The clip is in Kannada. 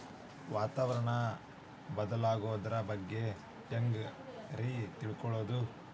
ವಾತಾವರಣ ಬದಲಾಗೊದ್ರ ಬಗ್ಗೆ ಹ್ಯಾಂಗ್ ರೇ ತಿಳ್ಕೊಳೋದು?